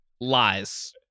lies